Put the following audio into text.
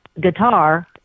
guitar